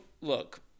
look